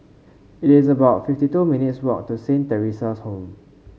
it is about fifty two minutes' walk to Saint Theresa's Home